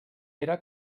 era